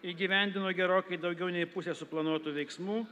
įgyvendino gerokai daugiau nei pusė suplanuotų veiksmų